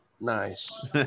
Nice